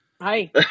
hi